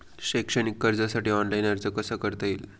शैक्षणिक कर्जासाठी ऑनलाईन अर्ज कसा करता येईल?